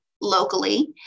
locally